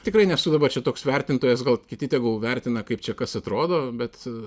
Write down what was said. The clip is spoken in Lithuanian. tikrai nesu dabar čia toks vertintojas gal kiti tegul vertina kaip čia kas atrodo bet